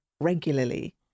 regularly